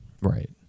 Right